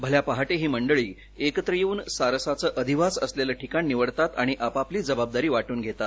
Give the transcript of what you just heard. भल्या पहाटे ही मंडळी एकत्र येऊन सारसाचं अधिवास असलेलं ठिकाण निवडतात आणि आपापली जबाबदारी वाटून घेतात